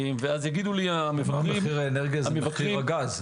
זה מחיר הגז.